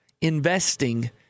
investing